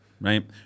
right